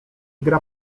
gra